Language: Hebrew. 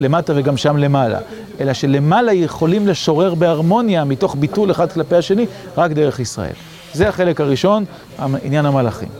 למטה וגם שם למעלה, אלא שלמעלה יכולים לשורר בהרמוניה מתוך ביטול אחד כלפי השני רק דרך ישראל. זה החלק הראשון, עניין המלאכים.